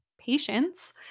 patience